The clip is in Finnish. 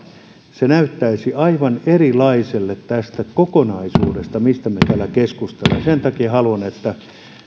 se näyttäisi aivan erilaiselle tästä kokonaisuudesta mistä me täällä keskustelemme sen takia haluan että